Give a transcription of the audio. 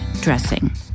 dressing